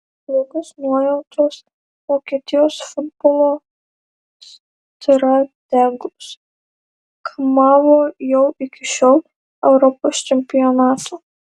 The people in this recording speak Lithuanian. blogos nuojautos vokietijos futbolo strategus kamavo jau iki šio europos čempionato